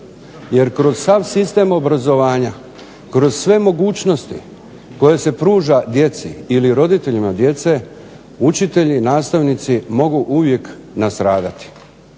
jer kroz sam sistem obrazovanja, kroz sve mogućnosti koje se pružaju djeci ili roditeljima djece učitelji, nastavnici mogu uvijek nastradati.